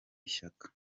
ishyaka